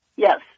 Yes